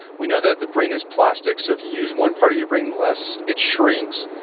we know that the brain is plastic. so if you use one part of your brain less, it shrinks.